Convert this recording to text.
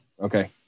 Okay